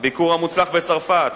הביקור המוצלח בצרפת,